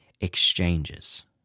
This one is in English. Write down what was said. exchanges